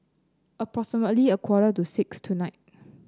approximately a quarter to six tonight